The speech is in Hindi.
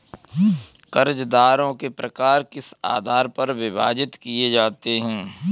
कर्जदारों के प्रकार किस आधार पर विभाजित किए जाते हैं?